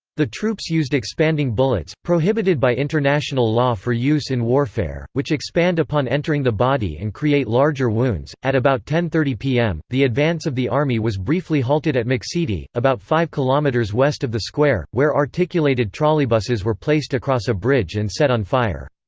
the troops used expanding bullets, prohibited by international law for use in warfare, which expand upon entering the body and create larger wounds at about ten thirty pm, the advance of the army was briefly halted at muxidi, about five km um west of the square, where articulated trolleybuses were placed across a bridge and set on fire.